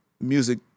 music